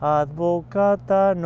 advocata